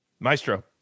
Maestro